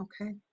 okay